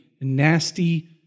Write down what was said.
nasty